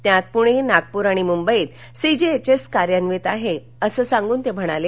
राज्यात पुणे नागपूर आणि मुंबईत सीजीएचएस कार्यान्वित आहे असं सांगून ते म्हणाले